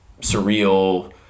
surreal